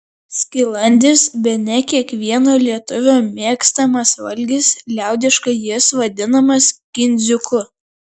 skilandis bene kiekvieno lietuvio mėgstamas valgis liaudiškai jis vadinamas kindziuku